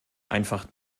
einfach